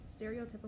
stereotypical